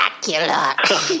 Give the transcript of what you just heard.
spectacular